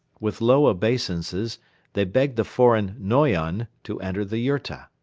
with low obeisances they begged the foreign noyon to enter the yurta.